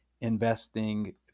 investing